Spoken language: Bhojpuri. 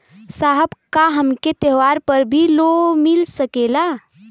साहब का हमके त्योहार पर भी लों मिल सकेला?